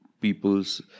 people's